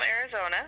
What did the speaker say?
Arizona